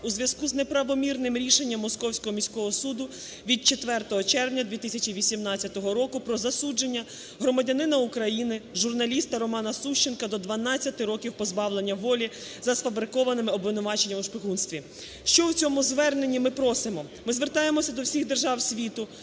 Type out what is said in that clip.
у зв'язку з неправомірним рішенням Московського міського суду від 4 червня 2018 року про засудження громадянина України, журналіста Романа Сущенка до 12 років позбавлення волі за сфабрикованими обвинуваченнями у шпигунстві. Що в цьому зверненні ми просимо? Ми звертаємося до всіх держав світу,